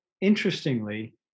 interestingly